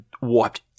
wiped